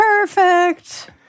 perfect